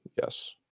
yes